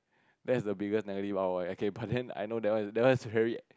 that's the biggest negative I will okay but then I know that one is that one is very